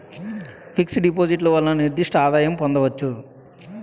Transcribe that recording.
fix డిపాజిట్లు వలన నిర్దిష్ట ఆదాయం పొందవచ్చు